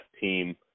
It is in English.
team